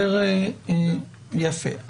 יפה.